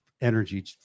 energy